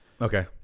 okay